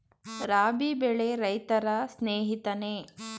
ರಾಬಿ ಬೆಳೆ ರೈತರ ಸ್ನೇಹಿತನೇ?